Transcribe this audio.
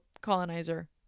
colonizer